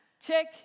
Check